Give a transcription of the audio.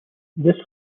this